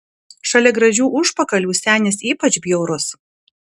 šalia gražių užpakalių senis ypač bjaurus